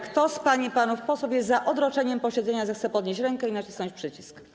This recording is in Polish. Kto z pań i panów posłów jest za odroczeniem posiedzenia, zechce podnieść rękę i nacisnąć przycisk.